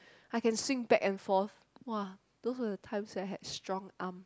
I can swing back and forth !wah! those were the times I had strong arm